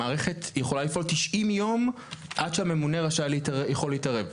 המערכת יכולה לפעול 90 יום עד שהממונה יכול להתערב.